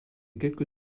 quelque